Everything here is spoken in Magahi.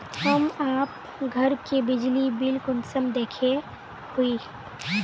हम आप घर के बिजली बिल कुंसम देखे हुई?